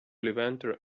levanter